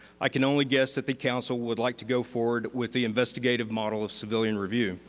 i can only guess that the council would like to go forward with the investigative model of civilian review.